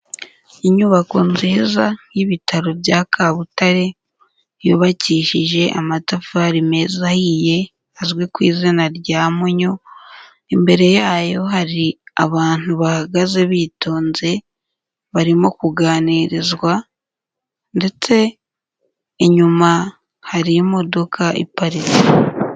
Inyubako nziza y'ibitaro bya Kabutare, yubakishije amatafari meza ahiyiye azwi ku izina rya munyu, imbere yayo hari abantu bahagaze bitonze, barimo kuganirizwa ndetse inyuma hari imodoka iparitse.